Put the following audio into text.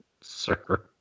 Sir